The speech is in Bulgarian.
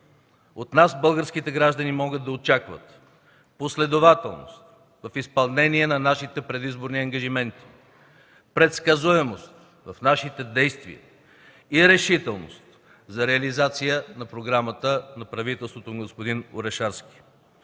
месеци българските граждани могат да очакват от нас последователност в изпълнение на нашите предизборни ангажименти, предсказуемост в нашите действия и решителност за реализация на Програмата на правителството на господин Орешарски,